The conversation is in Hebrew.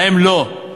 להם לא.